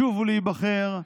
לשוב ולהיבחר,